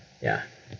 ya